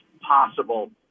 possible